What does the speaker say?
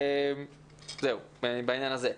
זהו בעניין הזה.